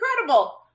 incredible